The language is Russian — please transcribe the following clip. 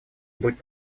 будь